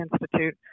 Institute